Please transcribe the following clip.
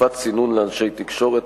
תקופת צינון לאנשי תקשורת),